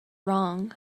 wrong